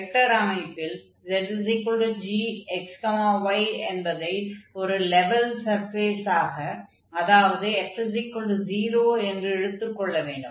vector அமைப்பில் zgxy என்பதை ஒரு லெவெல் சர்ஃபேஸாக அதாவது f 0 என்று எடுத்துக் கொள்ள வேண்டும்